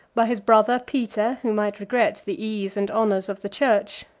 by his brother peter, who might regret the ease and honors of the church,